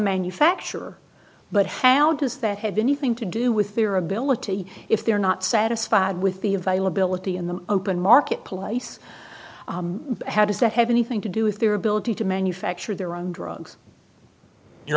manufacturer but how does that have anything to do with their ability if they're not satisfied with the availability in the open marketplace how does that have anything to do with their ability to manufacture their own drugs you